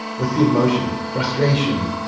what's the emotion? frustration,